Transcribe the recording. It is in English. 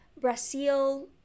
Brazil